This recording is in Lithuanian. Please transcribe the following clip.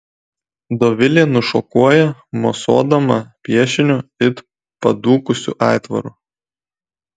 dovilė nušokuoja mosuodama piešiniu it padūkusiu aitvaru